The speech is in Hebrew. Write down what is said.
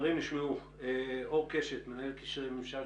כרגע נראה שכולנו מיושרים בעמדה הזאת.